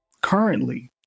currently